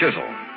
chisel